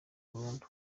burundu